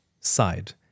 side